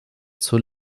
zur